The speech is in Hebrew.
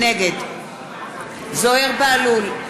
נגד זוהיר בהלול,